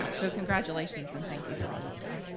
so congratulations, and thank you for all you've done,